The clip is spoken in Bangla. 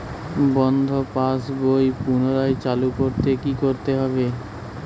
বন্ধ পাশ বই পুনরায় চালু করতে কি করতে হবে?